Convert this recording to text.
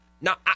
Now